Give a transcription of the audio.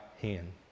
hand